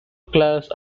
classes